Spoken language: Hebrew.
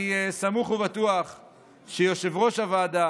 אני סמוך ובטוח שיושב-ראש הוועדה